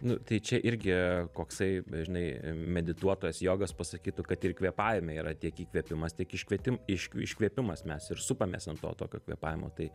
nu tai čia irgi koksai žinai medituotojas jogas pasakytų kad ir kvėpavime yra tiek įkvėpimas tiek iškvietim iš iškvėpimas mes ir supamės ant to tokio kvėpavimo tai